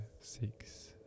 six